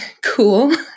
cool